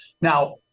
Now